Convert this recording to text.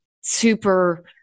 super